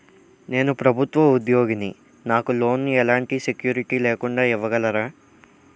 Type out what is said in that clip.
నేను ప్రభుత్వ ఉద్యోగిని, నాకు లోన్ ఎలాంటి సెక్యూరిటీ లేకుండా ఇవ్వగలరా?